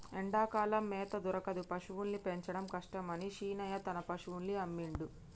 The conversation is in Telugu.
ఎండాకాలం మేత దొరకదు పశువుల్ని పెంచడం కష్టమని శీనయ్య తన పశువుల్ని అమ్మిండు